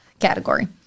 category